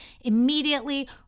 immediately